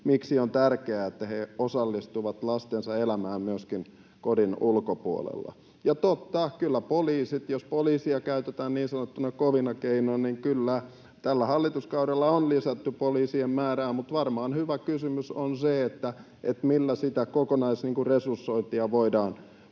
miksi on tärkeää, että he osallistuvat lastensa elämään myöskin kodin ulkopuolella. Ja totta: jos poliisia käytetään niin sanottuna kovana keinona, niin kyllä, tällä hallituskaudella on lisätty poliisien määrää, mutta varmaan hyvä kysymys on se, millä sitä kokonaisresursointia voidaan